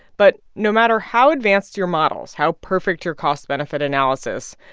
but no matter how advanced your models, how perfect your cost-benefit analysis,